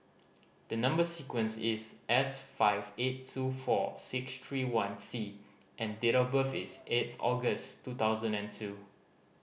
the number sequence is S five eight two four six three one C and date of birth is eighth August two thousand and two